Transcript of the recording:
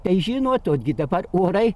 tai žinot o gi dabar orai